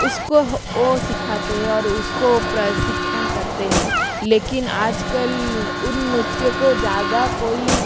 उसको वो सिखाते है और उसको प्रशिक्षण करते है लेकिन आजकल उन नृत्य को ज़्यादा कोई